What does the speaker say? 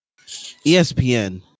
ESPN